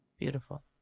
beautiful